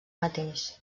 mateix